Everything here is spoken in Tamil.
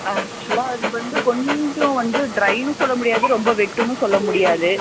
ஆக்சுவலாக அது வந்து கொஞ்சம் வந்து ட்ரைனும் சொல்லமுடியாது ரொம்ப வெட்டுனும் சொல்ல முடியாது